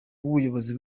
w’ubuyobozi